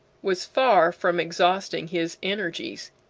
was far from exhausting his energies.